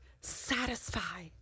satisfy